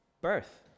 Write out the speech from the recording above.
birth